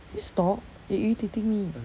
can you stop you're irritating me